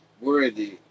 worthy